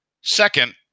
Second